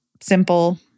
simple